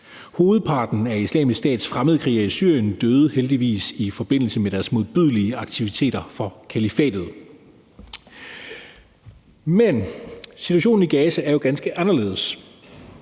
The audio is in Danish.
Hovedparten af Islamisk Stats fremmedkrigere i Syrien døde heldigvis i forbindelse med deres modbydelige aktiviteter for kalifatet, men situationen i Gaza er jo ganske anderledes.